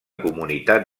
comunitat